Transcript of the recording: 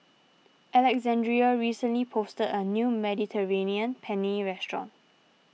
Alexandrea recently a new Mediterranean Penne restaurant